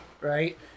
right